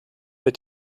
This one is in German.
mit